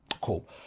cool